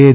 N